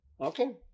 Okay